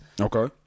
Okay